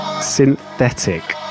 synthetic